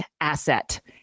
asset